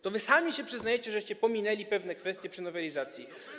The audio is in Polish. To wy sami się przyznajecie, że pominęliście pewne kwestie przy nowelizacji?